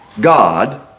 God